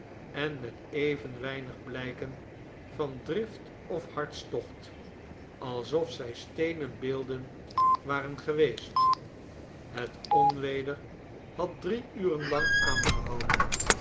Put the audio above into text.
en met even weinig blijken van drift of hartstocht alsof zij steenen beelden waren geweest het onweder had drie uren lang aangehouden